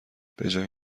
بجای